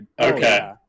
Okay